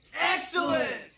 Excellent